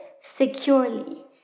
securely